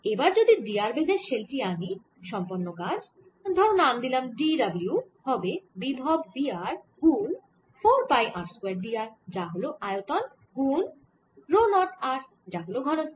এবার যদি d r বেধের শেল টি আনি সম্পন্ন কাজ ধরো নাম দিলাম d w হবে বিভব v r গুন 4 pi r square d r যা হল আয়তন গুন রো 0 r যা হল ঘনত্ব